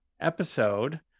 episode